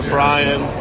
Brian